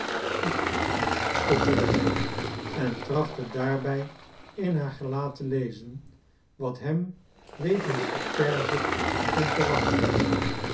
ik stotterde hij en trachtte daarbij in haar gelaat te lezen wat hem wegens de perzik stond te wachten